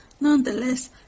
Nonetheless